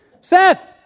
Seth